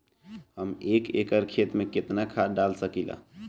हम एक एकड़ खेत में केतना खाद डाल सकिला?